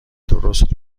درست